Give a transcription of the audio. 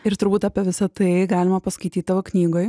ir turbūt apie visą tai galima paskaityt tavo knygoj